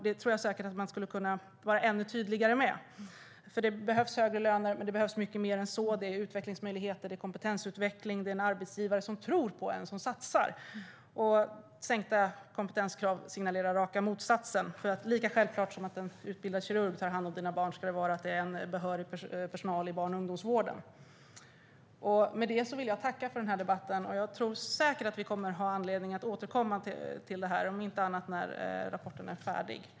Det tror jag säkert att man skulle kunna vara ännu tydligare med, för det behövs högre löner. Men det behövs mycket mer än så, nämligen utvecklingsmöjligheter, kompetensutveckling och en arbetsgivare som tror på och satsar på en. Sänkta kompetenskrav signalerar raka motsatsen. Lika självklart som att en utbildad kirurg tar hand om dina barn ska det vara att det är behörig personal i barn och ungdomsvården. Med detta vill jag tacka för den här debatten. Jag tror säkert att vi får anledning att återkomma till den här frågan, om inte annat så när rapporten är färdig.